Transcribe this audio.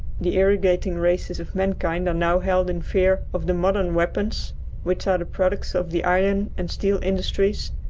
the irrigating races of mankind are now held in fear of the modern weapons which are the products of the iron and steel industries,